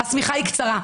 השמיכה היא קצרה.